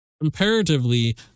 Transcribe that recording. Comparatively